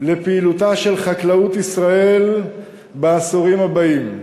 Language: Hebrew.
לפעילותה של חקלאות ישראל בעשורים הבאים.